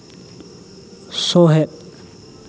ᱥᱩᱦᱮᱫ